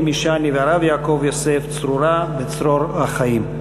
מוטי משעני ותהא נשמת הרב יעקב יוסף צרורות בצרור החיים.